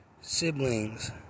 Siblings